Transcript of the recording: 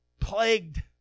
plagued